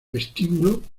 vestíbulo